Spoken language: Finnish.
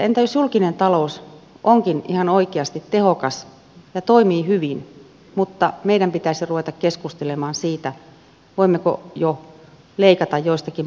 entä jos julkinen talous onkin ihan oikeasti tehokas ja toimii hyvin mutta meidän pitäisi ruveta keskustelemaan siitä voimmeko jo leikata joistakin palveluista